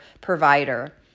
provider